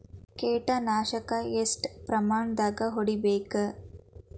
ಕೇಟ ನಾಶಕ ಎಷ್ಟ ಪ್ರಮಾಣದಾಗ್ ಹೊಡಿಬೇಕ?